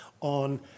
on